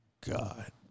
God